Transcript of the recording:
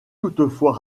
toutefois